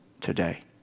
today